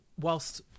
whilst